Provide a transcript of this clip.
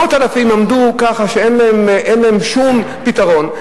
מאות אלפים עמדו כך שאין להם שום פתרון.